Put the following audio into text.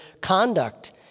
conduct